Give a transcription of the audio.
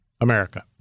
America